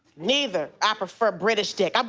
neither. i prefer british dick. i'm